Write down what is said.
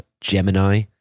Gemini